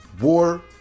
War